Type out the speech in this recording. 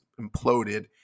imploded